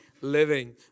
living